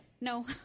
No